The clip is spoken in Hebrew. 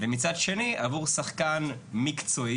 ומצד שני עבור שחקן מקצועי,